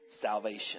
salvation